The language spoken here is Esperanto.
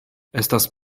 estas